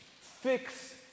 fix